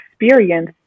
experience